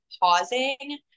pausing